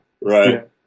Right